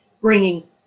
bringing